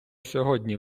сьогодні